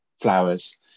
flowers